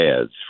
ads